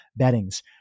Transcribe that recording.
beddings